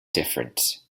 different